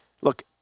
Look